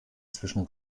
zwischen